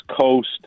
Coast